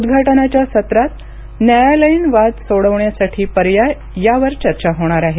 उद्घाटनाच्या सत्रात न्यायालयीन वाद सोडवण्यासाठी पर्याय यावर चर्चा होणार आहे